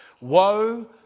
Woe